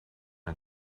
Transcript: and